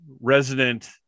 resident